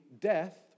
death